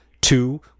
Two